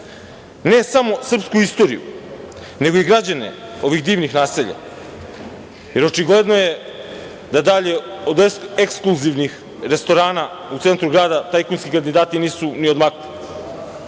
ne samo srpsku istoriju, nego i građane ovih divnih naselja, jer očigledno je da dalje od ekskluzivnih restorana u centru grada, tajkunski kandidati nisu ni odmakli.